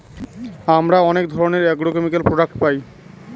আমরা অনেক ধরনের এগ্রোকেমিকাল প্রডাক্ট পায়